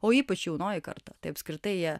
o ypač jaunoji karta tai apskritai jie